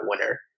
winner